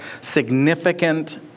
significant